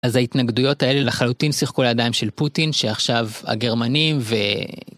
אז ההתנגדויות האלה לחלוטין שיחקו לידיים של פוטין שעכשיו הגרמנים ו...